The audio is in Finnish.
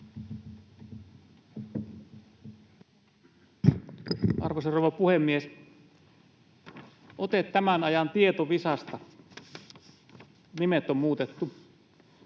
Arvoisa rouva puhemies! Ote tämän ajan tietovisasta, nimet on muutettu: